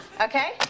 Okay